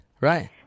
right